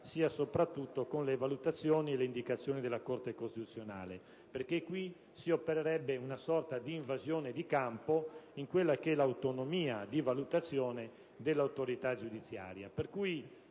che soprattutto con le valutazioni e le indicazioni della Corte costituzionale, perché si opererebbe una sorta di invasione di campo nell'autonomia di valutazione dell'autorità giudiziaria.